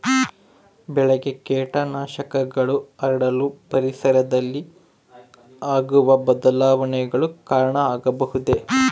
ಬೆಳೆಗೆ ಕೇಟನಾಶಕಗಳು ಹರಡಲು ಪರಿಸರದಲ್ಲಿ ಆಗುವ ಬದಲಾವಣೆಗಳು ಕಾರಣ ಆಗಬಹುದೇ?